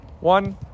One